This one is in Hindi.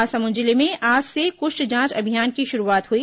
महासमुंद जिले में आज से कुष्ठ जांच अभियान की शुरूआत हुई